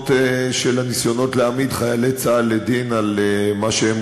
דוגמאות של הניסיונות להעמיד חיילי צה"ל לדין על מה שהם